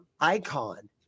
Icon